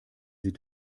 sie